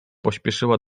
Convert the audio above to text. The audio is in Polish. pośpieszyła